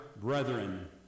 brethren